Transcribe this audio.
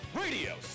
Radio